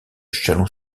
chalon